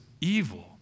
evil